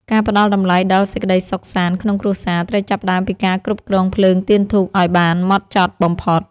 ការផ្តល់តម្លៃដល់សេចក្តីសុខសាន្តក្នុងគ្រួសារត្រូវចាប់ផ្តើមពីការគ្រប់គ្រងភ្លើងទៀនធូបឱ្យបានហ្មត់ចត់បំផុត។